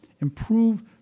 Improve